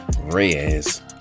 reyes